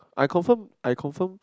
I confirm I confirm